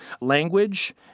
Language